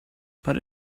but